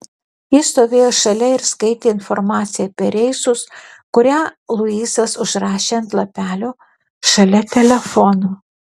ji stovėjo šalia ir skaitė informaciją apie reisus kurią luisas užrašė ant lapelio šalia telefono